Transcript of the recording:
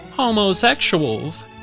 homosexuals